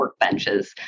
workbenches